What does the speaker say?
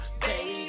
baby